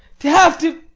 to have to